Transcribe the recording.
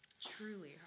Truly